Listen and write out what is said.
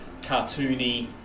cartoony